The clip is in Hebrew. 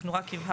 אנחנו רק הבהרנו,